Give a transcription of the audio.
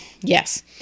Yes